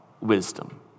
wisdom